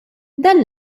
dan